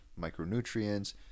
micronutrients